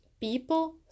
people